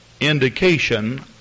indication